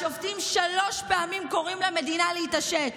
השופטים שלוש פעמים קוראים למדינה להתעשת,